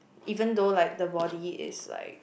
even though like the body is like